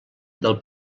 del